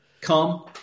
Come